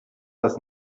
das